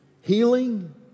Healing